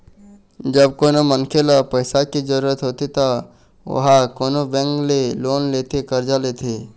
जब कोनो मनखे ल पइसा के जरुरत होथे त ओहा कोनो बेंक ले लोन लेथे करजा लेथे